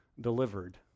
delivered